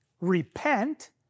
repent